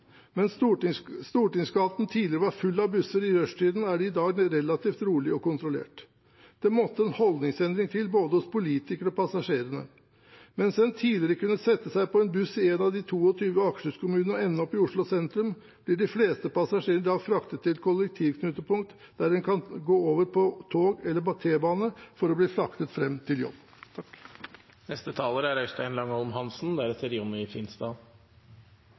Mens Stortingsgaten tidligere var full av busser i rushtiden, er det i dag relativt rolig og kontrollert. Det måtte en holdningsendring til hos både politikerne og passasjerene. Mens en tidligere kunne sette seg på bussen i en av de 22 Akershus-kommunene og ende i Oslo sentrum, blir de fleste passasjerene i dag fraktet til et kollektivknutepunkt der de kan gå over på tog eller T-bane for å bli fraktet fram til jobb.